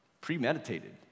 premeditated